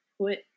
put